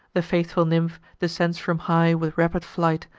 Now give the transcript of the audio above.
the faithful nymph descends from high with rapid flight,